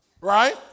right